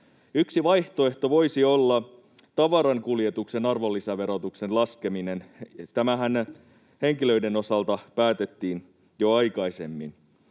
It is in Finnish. Yksi vaihtoehto voisi olla tavarankuljetuksen arvonlisäverotuksen laskeminen. Tämähän henkilöiden osalta päätettiin jo aikaisemmin.